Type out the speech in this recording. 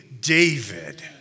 David